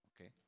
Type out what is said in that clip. Okay